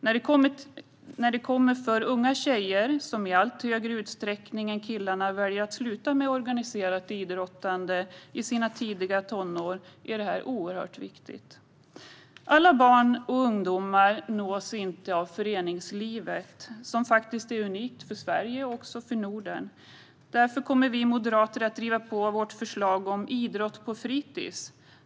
Särskilt när det gäller unga tjejer, som i större utsträckning än killarna väljer att sluta med organiserat idrottande i sina tidiga tonår, är detta oerhört viktigt. Alla barn och ungdomar nås inte av föreningslivet, som faktiskt är unikt för Sverige och Norden. Därför kommer vi moderater att driva på vårt förslag om idrott på fritis.